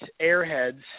Airheads